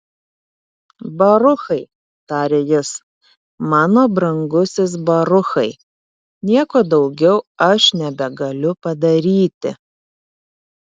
baruchai tarė jis mano brangusis baruchai nieko daugiau aš nebegaliu padaryti